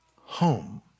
home